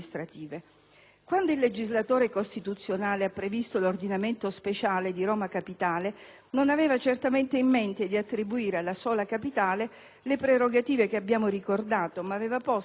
Quando il legislatore costituzionale ha previsto l'ordinamento speciale di Roma capitale, non aveva di certo in mente di attribuire alla sola Capitale le prerogative che abbiamo ricordato, ma aveva posto i Comuni tutti